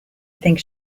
think